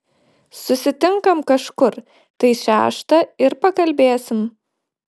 susitinkam kažkur tai šeštą ir pakalbėsim